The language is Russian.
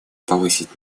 повысить